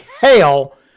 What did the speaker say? hell